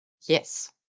Yes